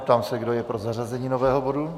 Ptám se, kdo je pro zařazení nového bodu.